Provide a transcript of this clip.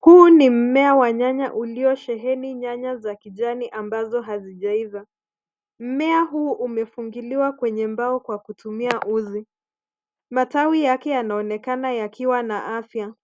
Huu ni mmea wa nyanya uliosheheni nyanya za kijani ambazo hazijaiva. Mmea huu umefungiliwa kwa mbao kwa kutumia uzi. Matawi yake yanaonekana yakiwa na afya.